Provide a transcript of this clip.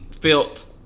felt